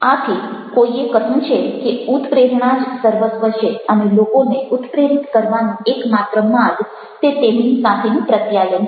આથી કોઈએ કહ્યું છે કે ઉત્પ્રેરણા જ સર્વસ્વ છે અને લોકોને ઉત્પ્રેરિત કરવાનો એકમાત્ર માર્ગ તે તેમની સાથેનું પ્રત્યાયન છે